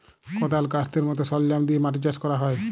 কদাল, ক্যাস্তের মত সরলজাম দিয়ে মাটি চাষ ক্যরা হ্যয়